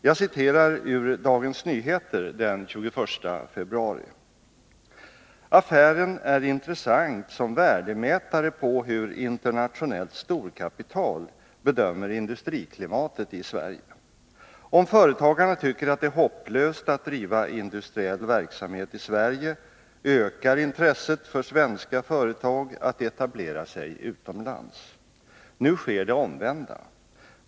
Jag citerar ur Dagens Nyheter för den 21 februari: ”Affären är intressant som värdemätare på hur internationellt storkapital bedömer industriklimatet i Sverige. Om företagarna tycker att det är hopplöst att driva industriell verksamhet i Sverige ökar intresset för svenska företag att etablera sig utomlands. Nu sker det omvända.